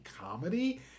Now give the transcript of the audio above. comedy